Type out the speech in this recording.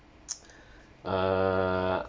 uh